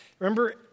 Remember